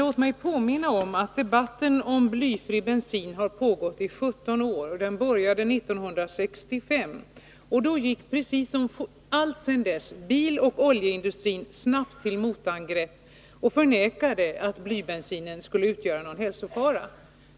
Låt mig påminna om att debatten om blyfri bensin har pågått i 17 år — den började 1965. Då — liksom hela tiden sedan dess — gick biloch oljeindustrin snabbt till motangrepp och förnekade att blybensinen skulle utgöra en hälsofara.